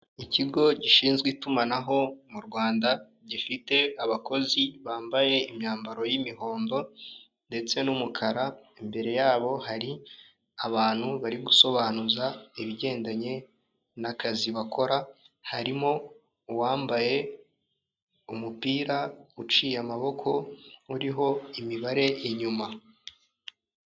Ikigo gishinzwe itumanaho mu Rwanda, gifite abakozi bambaye imyambaro y'imihondo ndetse n'umukara, imbere yabo hari abantu bari gusobanuza ibigendanye n'akazi bakora harimo uwambaye umupira uciye amaboko uriho imibare inyuma.